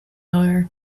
lawyer